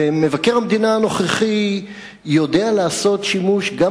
ומבקר המדינה הנוכחי יודע לעשות שימוש גם